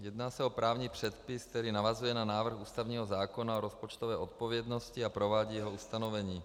Jedná se o právní předpis, který navazuje na ústavní zákon o rozpočtové odpovědnosti a provádí jeho ustanovení.